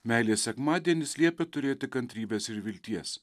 meilės sekmadienis liepia turėti kantrybės ir vilties